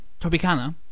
Tropicana